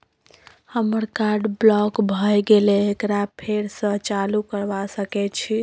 हमर card block भ गेले एकरा फेर स चालू करबा सके छि?